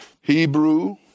Hebrew